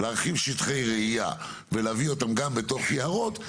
להרחיב שטחי רעייה ולהביא אותם גם לתוך יערות,